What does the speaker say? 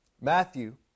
Matthew